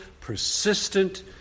persistent